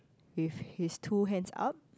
with his two hands up